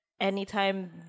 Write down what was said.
anytime